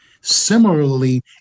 Similarly